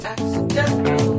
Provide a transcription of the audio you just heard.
Accidental